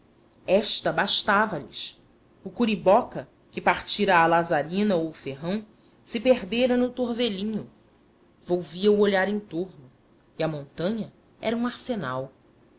esta bastava lhes o curiboca que partira a lazarina ou perdera o ferrão no torvelino volvia o olhar em torno e a montanha era um arsenal